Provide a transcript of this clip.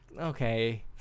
Okay